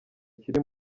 kiri